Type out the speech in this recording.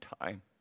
time